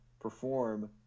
perform